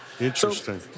Interesting